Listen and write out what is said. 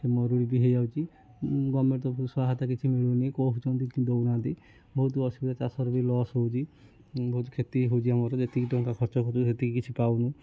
ମରୁଡ଼ି ବି ହୋଇଯାଉଛି ଗର୍ମେଣ୍ଟ୍ ତରଫରୁ ସହାୟତା କିଛି ମିଳୁନି କହୁଛନ୍ତି କି ଦଉନାହାଁନ୍ତି ବହୁତ ଅସୁବିଧା ଚାଷରେ ବି ଲସ୍ ହେଉଛି ବହୁତ କ୍ଷତି ହେଉଛି ଆମର ଯେତିକି ଟଙ୍କା ଖର୍ଚ୍ଚ ହେଉଛି ସେତିକି କିଛି ପାଉନୁ